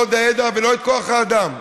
את הידע ואת כוח האדם.